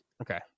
Okay